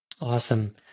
Awesome